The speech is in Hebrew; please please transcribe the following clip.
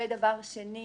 ושנית,